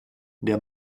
der